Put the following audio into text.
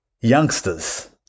youngsters